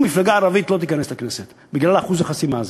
מפלגה ערבית לא תיכנס לכנסת בגלל אחוז החסימה הזה.